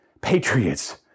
Patriots